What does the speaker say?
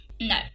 No